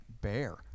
bear